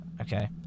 Okay